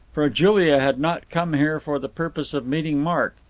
for julia had not come here for the purpose of meeting mark.